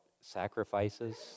sacrifices